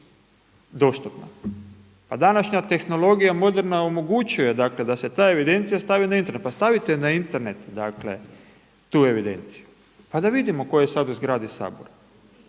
Pa današnja tehnologija moderna omogućuje dakle da se ta evidencija stavi na Internet. Pa stavite na Internet dakle tu evidenciju pa da vidimo tko je sada u zgradi Sabora.